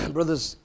Brothers